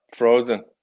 Frozen